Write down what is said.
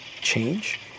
change